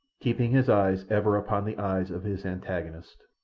keeping his eyes ever upon the eyes of his antagonist.